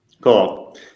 Cool